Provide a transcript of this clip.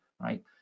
right